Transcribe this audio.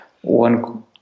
One